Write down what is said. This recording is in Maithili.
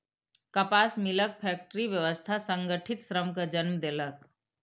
कपास मिलक फैक्टरी व्यवस्था संगठित श्रम कें जन्म देलक